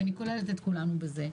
ואני כוללת את כולנו בזה,